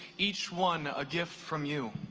each one a gift from you.